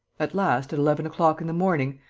at last, at eleven o'clock in the morning,